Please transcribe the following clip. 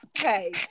Okay